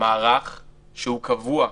מערך קבוע,